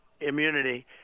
immunity